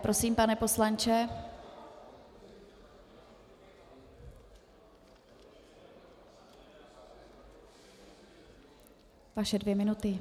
Prosím, pane poslanče, vaše dvě minuty.